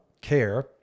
care